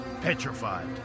Petrified